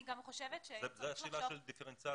זאת השאלה של דיפרנציאציה.